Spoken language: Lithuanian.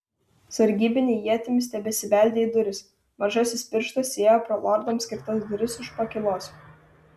sargybiniai ietimis tebesibeldė į duris mažasis pirštas įėjo pro lordams skirtas duris už pakylos